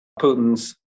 Putin's